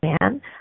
man